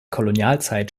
kolonialzeit